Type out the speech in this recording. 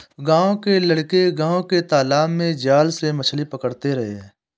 गांव के लड़के गांव के तालाब में जाल से मछली पकड़ रहे हैं